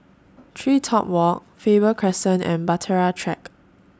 TreeTop Walk Faber Crescent and Bahtera Track